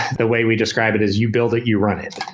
the way we describe it is you build it, you run it.